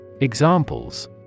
Examples